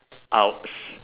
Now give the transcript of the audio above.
!ouch!